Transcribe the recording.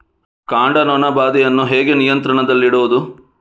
ಕಾಂಡ ನೊಣ ಬಾಧೆಯನ್ನು ಹೇಗೆ ನಿಯಂತ್ರಣದಲ್ಲಿಡುವುದು?